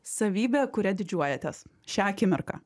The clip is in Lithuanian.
savybė kuria didžiuojatės šią akimirką